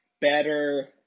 better